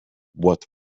what